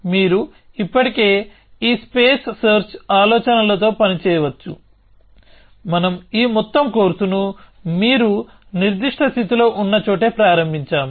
మీరు ఇప్పటికీ ఈ స్పేస్ సెర్చ్ ఆలోచనతో పని చేయవచ్చు మనం ఈ మొత్తం కోర్సును మీరు నిర్దిష్ట స్థితిలో ఉన్న చోటే ప్రారంభించాము